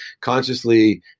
consciously